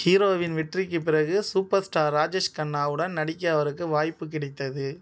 ஹீரோவின் வெற்றிக்குப் பிறகு super star Rajesh கன்னாவுடன் நடிக்க அவருக்கு வாய்ப்பு கிடைத்தது